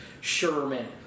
Sherman